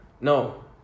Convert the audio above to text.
No